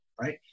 right